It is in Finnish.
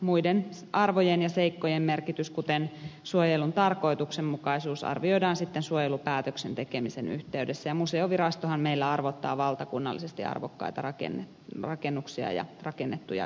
muiden arvojen ja seikkojen merkitys kuten suojelun tarkoituksenmukaisuus arvioidaan sitten suojelupäätöksen tekemisen yhteydessä ja museovirastohan meillä arvottaa valtakunnallisesti arvokkaita rakennuksia ja rakennettuja ympäristöjä